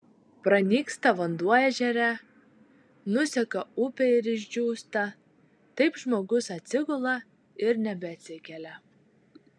pranyksta vanduo ežere nuseka upė ir išdžiūsta taip žmogus atsigula ir nebeatsikelia